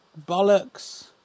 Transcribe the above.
bollocks